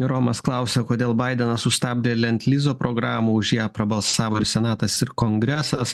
romas klausia kodėl baidenas sustabdė lentlyzo programą už ją prabalsavo ir senatas ir kongresas